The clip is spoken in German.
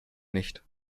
nicht